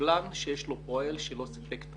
קבלן שיש לו פועל שלא סיפק את